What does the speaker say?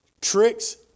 tricks